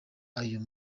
ayo